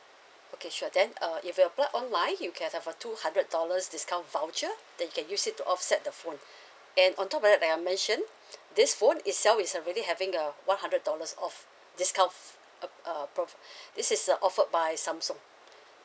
okay sure then uh if you apply online you get up for two hundred dollars discount voucher then you can use it to offset the phone and on top of that that I mentioned this phone itself is uh really having the one hundred dollars off discount of uh uh pro uh this is a offered by samsung